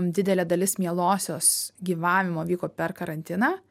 didelė dalis mielosios gyvavimo vyko per karantiną